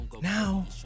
Now